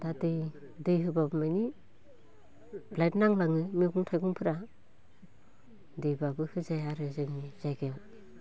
दा दै दै होब्लाबो माने ब्लेद नांलाङो मैगं थाइगंफोरा दैबाबो होजाया आरो जोंनि जायगायाव